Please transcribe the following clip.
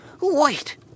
Wait